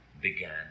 began